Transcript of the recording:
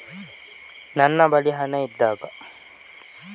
ನನ್ನ ಖಾತೆಗೆ ಹಣ ಯಾವಾಗ ಕಟ್ಟಬೇಕು?